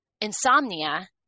insomnia